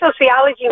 sociology